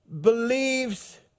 believes